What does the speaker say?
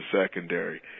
secondary